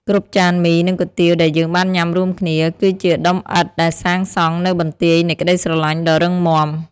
គ្រប់ចានមី និងគុយទាវដែលយើងបានញ៉ាំរួមគ្នា គឺជាដុំឥដ្ឋដែលសាងសង់នូវបន្ទាយនៃក្តីស្រឡាញ់ដ៏រឹងមាំ។